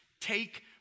Take